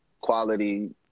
quality –